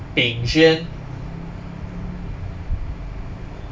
ping xuan